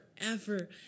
forever